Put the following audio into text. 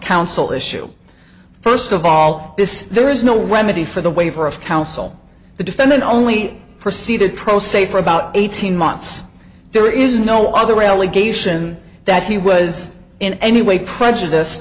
counsel issue first of all this there is no remedy for the waiver of counsel the defendant only preceded pro se for about eighteen months there is no other way allegation that he was in any way prejudice